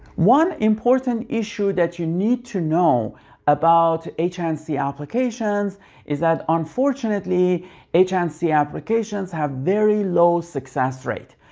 one important issue that you need to know about h and c applications is that unfortunately h and c applications have very low success rate.